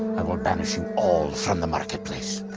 i will banish you all from the marketplace.